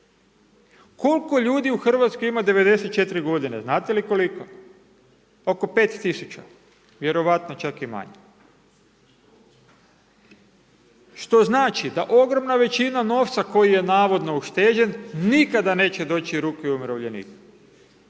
Koliko ljudi u Hrvatskoj ima 94 godine, znate li koliko? Oko 5 tisuća, vjerojatno čak i manje. Što znači da ogromna količina novca koji je navodno ušteđen nikada neće doći u ruke umirovljenika.